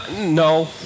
No